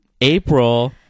April